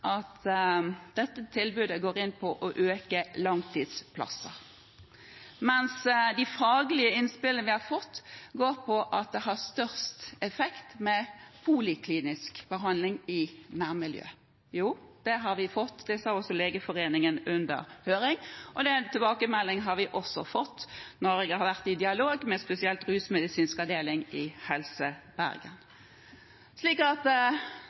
at dette tilbudet går ut på å øke antallet langtidsplasser, mens de faglige innspillene vi har fått, sier at poliklinisk behandling i nærmiljøet har størst effekt. Jo, det har vi fått innspill om, og det sa også Legeforeningen i høringsrunden. Den tilbakemeldingen har jeg også fått når jeg har vært i dialog med spesielt Avdeling for rusmedisin i